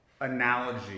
analogy